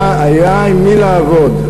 היה עם מי לעבוד.